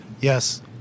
Yes